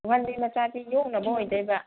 ꯇꯨꯡꯍꯟꯕꯤ ꯃꯆꯥꯁꯤ ꯌꯣꯛꯅꯕ ꯑꯣꯏꯗꯣꯏꯕ